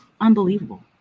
Unbelievable